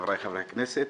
חבריי חברי הכנסת.